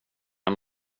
han